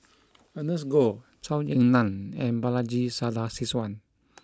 Ernest Goh Zhou Ying Nan and Balaji Sadasivan